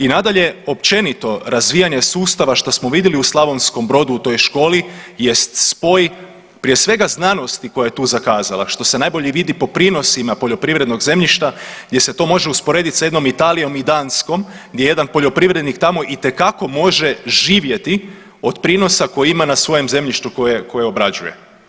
I nadalje općenito razvijanje sustava što smo vidjeli u Slavonskom Brodu u toj školi jest spoj prije svega znanosti koja je tu zakazala što se najbolje vidi po prinosima poljoprivrednog zemljišta gdje se to može usporediti s jednom Italijom i Danskom gdje jedan poljoprivrednik tamo itekako može živjeti od prinosa koji ima na svojem zemljištu koje obrađuje.